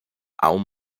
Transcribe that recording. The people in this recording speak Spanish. aún